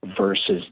versus